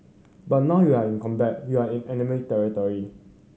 but now you're in combat you're in enemy territory